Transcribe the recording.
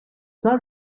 sar